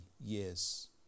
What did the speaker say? years